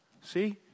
See